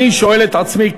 אני שואל את עצמי,